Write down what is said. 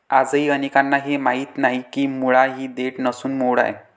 आजही अनेकांना हे माहीत नाही की मुळा ही देठ नसून मूळ आहे